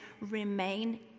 remain